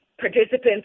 participants